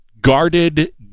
guarded